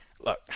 Look